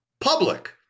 public